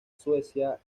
suecia